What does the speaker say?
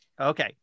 Okay